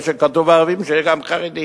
איפה שכתוב "ערבים" שיהיה גם "חרדים".